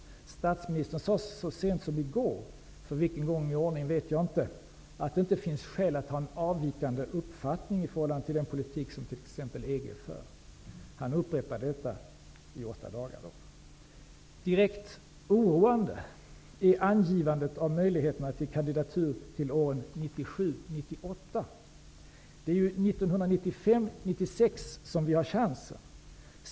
Statsministern sade så sent som i går i TV-programmet 8 dagar, för vilken gång i ordningen vet jag inte, att ''det inte finns skäl att ha en avvikande uppfattning'' i förhållande till den politik som t.ex. EG för. Direkt oroande är angivandet av möjligheter till att kandidera till åren 1997--1998. Det är ju till åren 1995--1996 som Sverige har chansen.